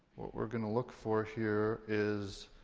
what we're gonna look for here is.